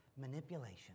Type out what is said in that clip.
manipulation